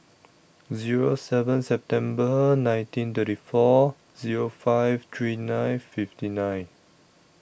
Zero seven September nineteen thirty four Zero five three nine fifty nine